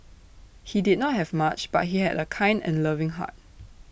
he did not have much but he had A kind and loving heart